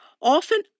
often